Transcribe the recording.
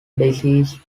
deceased